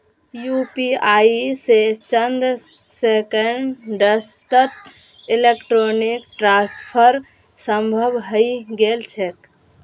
UPI स चंद सेकंड्सत इलेक्ट्रॉनिक ट्रांसफर संभव हई गेल छेक